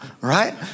right